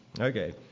Okay